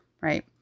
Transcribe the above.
right